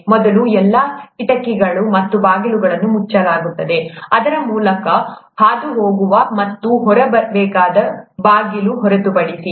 ಮೊದಲು ಎಲ್ಲಾ ಕಿಟಕಿಗಳು ಮತ್ತು ಬಾಗಿಲುಗಳನ್ನು ಮುಚ್ಚಲಾಗುತ್ತದೆ ಅದರ ಮೂಲಕ ಹಾದುಹೋಗುವ ಅಥವಾ ನಾವು ಹೊರಬರಬೇಕಾದ ಬಾಗಿಲು ಹೊರತುಪಡಿಸಿ